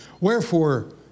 Wherefore